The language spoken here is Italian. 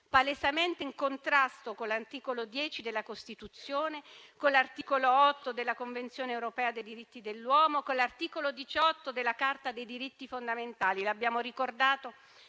palesemente in contrasto con l'articolo 10 della Costituzione, con l'articolo 8 della Convenzione europea dei diritti dell'uomo e con l'articolo 18 della Carta dei diritti fondamentali: l'abbiamo ricordato